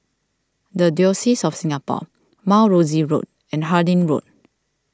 the Diocese of Singapore Mount Rosie Road and Harding Road